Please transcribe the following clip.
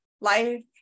life